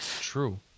True